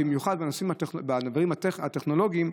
במיוחד בדברים הטכנולוגיים,